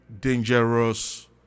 dangerous